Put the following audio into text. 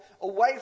away